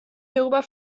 hierüber